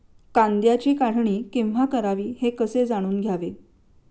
कांद्याची काढणी केव्हा करावी हे कसे जाणून घ्यावे?